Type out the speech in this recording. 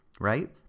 right